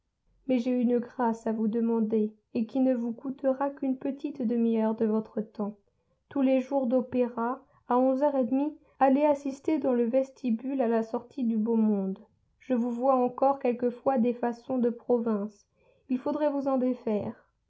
mais j'ai une grâce à vous demander et qui ne vous coûtera qu'une petite demi-heure de votre temps tous les jours d'opéra à onze heures et demie allez assister dans le vestibule à la sortie du beau monde je vous vois encore quelquefois des façons de province il faudrait vous en défaire